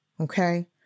Okay